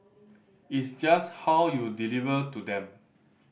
it's just how you deliver to them